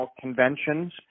conventions